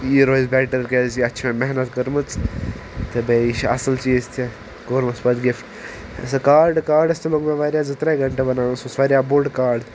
یی روزِ بیٚٹَر کیٚازِ کہ یتھ چھ مٚے محنت کٕرمژ تہ بییہ یہ چھُ اصل چیز تہ کوٚرمس پتہ گفٹ یہِ ہسا کاڑ کاڑس تہ لوٚگ مےٚ واریاہ زٕ ترٛے گنٹٕہ بناونس سُہ اوس واریاہ بوٚڑ کاڑ